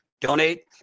donate